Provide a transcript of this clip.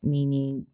Meaning